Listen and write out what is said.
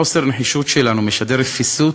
חוסר נחישות שלנו משדר רפיסות